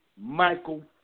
Michael